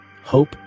hope